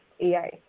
ai